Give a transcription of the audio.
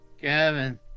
Kevin